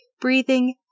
breathing